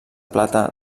plata